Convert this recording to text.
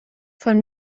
von